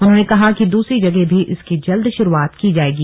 उन्होंने कहा कि दूसरी जगह भी इसकी जल्द शुरुआत की जायेगी